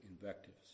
invectives